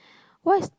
what is